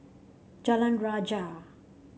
Jalan Rajah